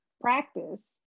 practice